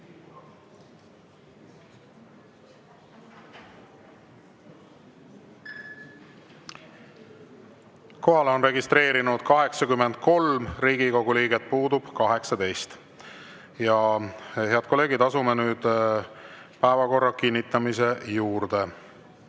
on registreerunud 83 Riigikogu liiget, puudub 18. Head kolleegid, asume nüüd päevakorra kinnitamise juurde.